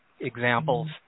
examples